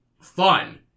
fun